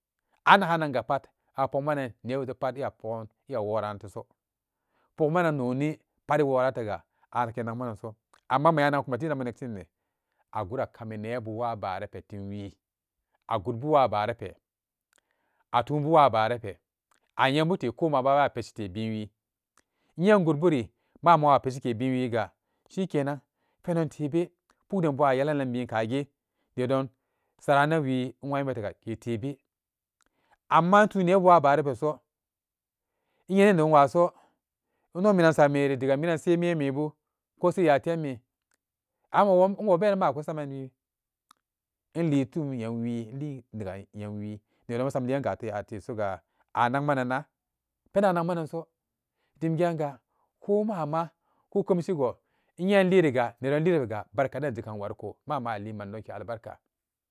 Annagannanga pat a pokmanan nebu je pat eya pogan eya woran teso pogma nan moni pat eworatega akenakmananso amma ma nyanagan inkuma tiden be neksinne agu akami nebu waa baara pe timwi agudbu waa baara pe atunbu waa baara pe ayenbute ko mabawa pestiite binwi innte ingud buri ma'ama wa peshike bin wiga shikenan penan tebe pukden bo ayelanan bin kagi nedon saranan wii inwoyi mategu ke tebe amma intun nebu waa baara peso eyenenwaso inno minan sammeri diga minan sai memmebu ko sai nyatemme anwon inwobenan ma kusamani inlitum nyem wii inlii diya nyemwii nedon samliyan gate ate soga a nakmanana penan a nakmananso dim genga ko ma'ama ko kemshigo inye inlinga nedon liriga barkaden jegan wariko ma'ama alin mandonke albarku